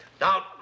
Now